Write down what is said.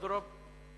אודרוב.